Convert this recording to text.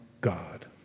God